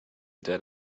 did